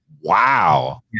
Wow